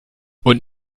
und